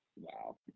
Wow